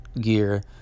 gear